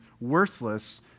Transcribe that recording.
worthless